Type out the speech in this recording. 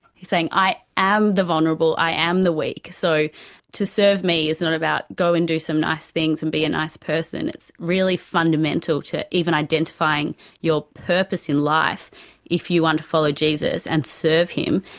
he's saying i am the vulnerable. i am the weak. so to serve me is not about go and do some nice things and be a nice person. it's really fundamental to even identifying your purpose in life if you want to follow jesus and serve him,